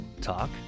talk